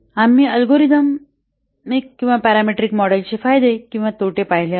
आम्ही अल्गोरिथमिक किंवा पॅरामीट्रिक मॉडेल्सचे फायदे आणि तोटे पाहिले आहेत